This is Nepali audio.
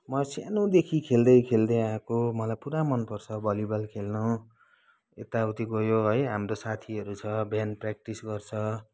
म सानोदेखि खेल्दैँ खेल्दैँ आएको मलाई पुरा मन पर्छ भलिबल खेल्नु यताउती गयो है हाम्रो साथीहरू छ बिहान प्र्याक्टिस गर्छ